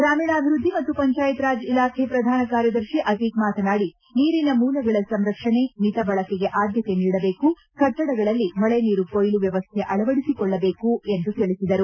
ಗ್ರಾಮೀಣಾಭಿವೃದ್ದಿ ಮತ್ತು ಪಂಚಾಯತ್ ರಾಜ್ ಇಲಾಖೆ ಪ್ರಧಾನ ಕಾರ್ಯದರ್ಶಿ ಅತೀಕ್ ಮಾತನಾದಿ ನೀರಿನ ಮೂಲಗಳ ಸಂರಕ್ಷಣೆ ಮಿತ ಬಳಕೆಗೆ ಆದ್ಯತೆ ನೀಡಬೇಕು ಕಟ್ಟಡಗಳಲ್ಲಿ ಮಳೆ ನೀರು ಕೊಯ್ಲು ವ್ಯವಸ್ಥೆ ಅಳವಡಿಸಿಕೊಳ್ಳಬೇಕು ಎಂದು ತಿಳಿಸಿದರು